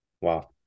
Wow